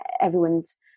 everyone's